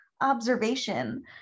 observation